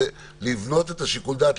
לבנות את שיקול הדעת.